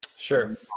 sure